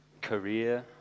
career